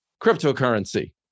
cryptocurrency